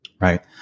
right